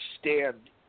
stand